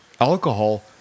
alcohol